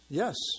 yes